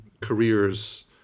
careers